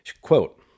Quote